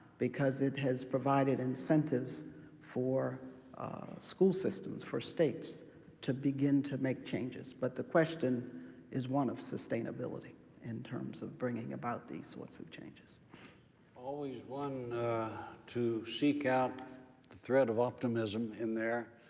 because it has provided incentives for school systems, for states to begin to make changes. but the question is one of sustainability in terms of bringing about these sorts of changes. vest always one to seek out the threat of optimism in there,